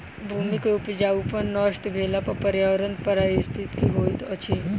भूमि के उपजाऊपन नष्ट भेला पर पर्यावरण प्रभावित होइत अछि